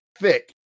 thick